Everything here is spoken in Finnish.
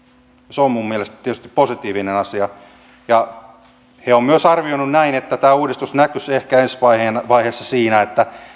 se on minun mielestäni tietysti positiivinen asia he ovat myös arvioineet näin että tämä uudistus näkyisi ehkä ensi vaiheessa vaiheessa siinä että